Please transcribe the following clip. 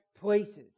places